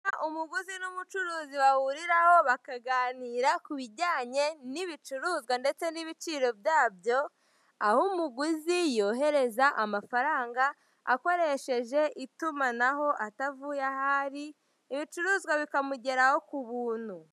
Umuguzi n'umucuruzi bahuriraho bakaganira ku bijyanye n'ibicuyuruzwa ndetse n'ibiciro byabyo aho umuguzi yohereza amafaranga akoresheje itumanaho atavuye aho ari, ibicuruzwa bikamugeraho ku buntu.